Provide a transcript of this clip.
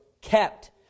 kept